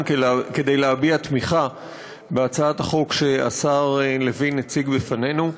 כדי להביע תמיכה בהצעת החוק שהשר לוין הציג בפנינו.